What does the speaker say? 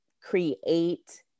create